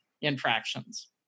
infractions